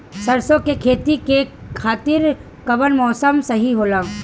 सरसो के खेती के खातिर कवन मौसम सही होला?